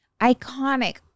Iconic